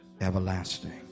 everlasting